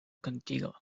contigo